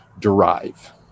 derive